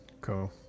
Cool